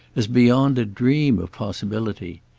as beyond a dream of possibility.